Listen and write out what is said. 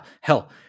Hell